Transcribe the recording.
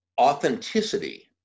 Authenticity